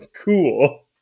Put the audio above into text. cool